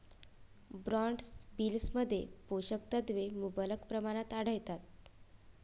broad बीन्समध्ये पोषक तत्वे मुबलक प्रमाणात आढळतात